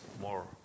more